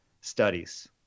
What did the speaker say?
studies